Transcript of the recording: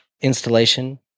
installation